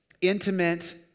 intimate